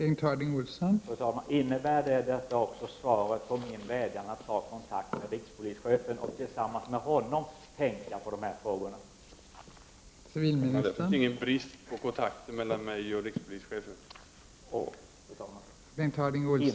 Fru talman! Gäller detta också som svar på min vädjan till civilministern att ta kontakt med rikspolischefen och tillsammans med honom gå igenom dessa frågor?